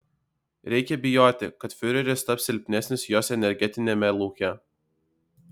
reikia bijoti kad fiureris taps silpnesnis jos energetiniame lauke